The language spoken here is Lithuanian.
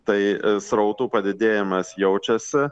tai srautų padidėjimas jaučiasi